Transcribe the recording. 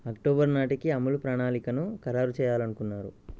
October నాటికి అమలు ప్రణాళికను ఖరారు చేయాలనుకున్నారు